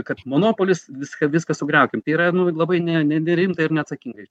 kad monopolis viską viską sugriaukim tai yra nu labai ne ne nerimta ir neatsakinga